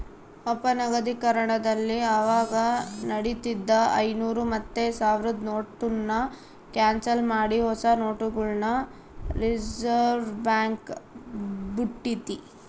ಅಪನಗದೀಕರಣದಲ್ಲಿ ಅವಾಗ ನಡೀತಿದ್ದ ಐನೂರು ಮತ್ತೆ ಸಾವ್ರುದ್ ನೋಟುನ್ನ ಕ್ಯಾನ್ಸಲ್ ಮಾಡಿ ಹೊಸ ನೋಟುಗುಳ್ನ ರಿಸರ್ವ್ಬ್ಯಾಂಕ್ ಬುಟ್ಟಿತಿ